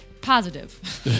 Positive